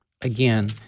again